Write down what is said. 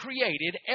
created